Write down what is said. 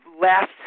last